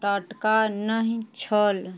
टटका नहि छल